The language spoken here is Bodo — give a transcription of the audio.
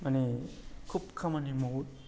माने खुब खामानि मावो